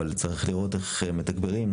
אבל צריך לראות איך מתגברים,